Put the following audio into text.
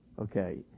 Okay